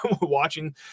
watching